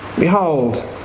Behold